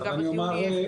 שגם הדיון יהיה אפקטיבי.